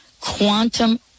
Quantum